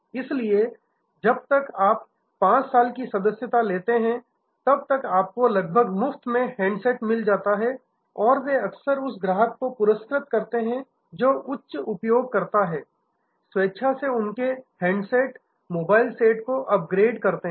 इसलिए जब तक आप 5 साल की सदस्यता लेते हैं तब तक आपको लगभग मुफ्त में हैंडसेट मिल जाते हैं और वे अक्सर उस ग्राहक को पुरस्कृत करते हैं जो उच्च उपयोगकर्ता हैं स्वेच्छा से उनके हैंडसेट मोबाइल सेट को अपग्रेड करते हैं